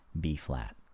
B-flat